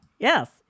Yes